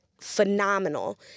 phenomenal